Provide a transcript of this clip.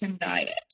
diet